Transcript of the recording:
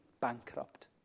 bankrupt